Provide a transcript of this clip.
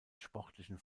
sportlichen